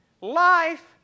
Life